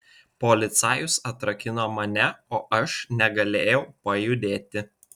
policajus atrakino mane o aš negalėjau pajudėti